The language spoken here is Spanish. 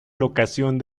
locación